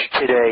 today